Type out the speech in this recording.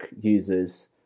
users